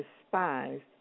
despised